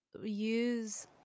use